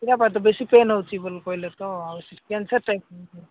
ଏଇଟା ବେଶୀ ପେନ୍ ହେଉଛି ବୋଲି କହିଲେ ତ କ୍ୟାନ୍ସର ଟାଇପ୍ର